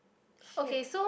shit